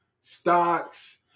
stocks